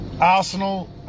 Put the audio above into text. Arsenal